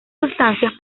sustancias